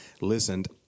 listened